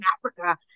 africa